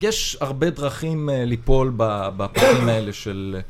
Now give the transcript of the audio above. יש הרבה דרכים ליפול בפעמים האלה של...